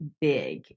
big